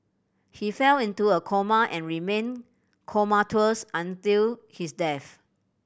he fell into a coma and remained comatose until his death